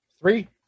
Three